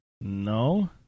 No